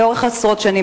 לאורך עשרות שנים,